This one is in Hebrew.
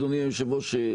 אדוני היושב-ראש,